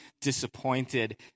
disappointed